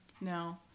No